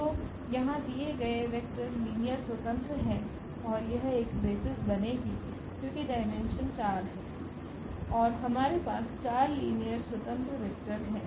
तो यहाँ दिए गए वेक्टर लीनियर स्वतंत्र है और यह एक बेसिस बनेगी क्योंकि डायमेंशन 4 है और हमारे पास 4 लीनियर स्वतंत्र वेक्टर है